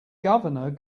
governor